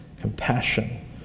compassion